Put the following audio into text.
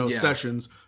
sessions